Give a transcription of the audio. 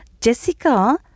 Jessica